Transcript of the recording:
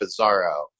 Bizarro